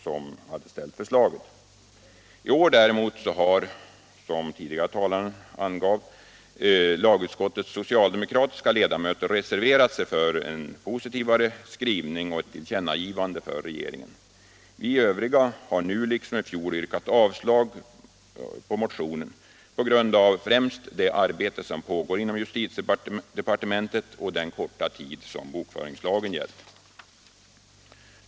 I år har däremot, som den tidigare talaren angav, lagutskottets socialdemokratiska ledamöter reserverat sig för en mera positiv skrivning och ett tillkännagivande för regeringen. Vi övriga har nu liksom i fjol yrkat avslag på motionen, främst på grund av det arbete som pågår inom justitiedepartementet och den korta tid som bokföringslagen gällt.